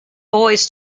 always